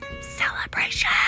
Celebration